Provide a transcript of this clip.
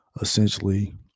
essentially